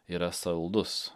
yra saldus